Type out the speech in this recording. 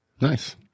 Nice